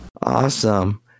awesome